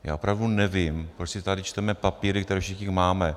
Já opravdu nevím, proč si tady čteme papíry, které všichni máme.